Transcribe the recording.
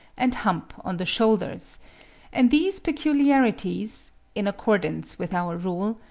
and hump on the shoulders and these peculiarities, in accordance with our rule,